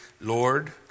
Lord